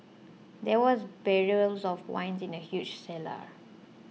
there was barrels of wine in the huge cellar